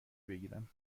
بگیرم